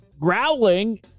Growling